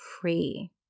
free